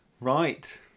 right